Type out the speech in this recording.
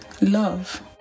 love